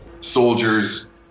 soldiers